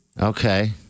Okay